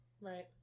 Right